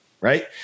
right